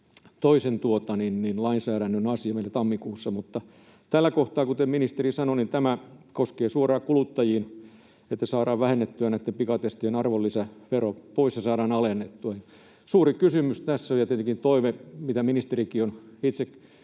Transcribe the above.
toisen lainsäädännön asia meillä tammikuussa. Tällä kohtaa, kuten ministeri sanoi, tämä koskee suoraan kuluttajia, että saadaan vähennettyä näitten pikatestien arvonlisävero pois ja saadaan alennettua. Suuri kysymys tässä ja tietenkin toive on, mistä ministerikin on itse käynyt